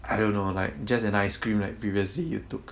I don't know like just an ice cream like previously you took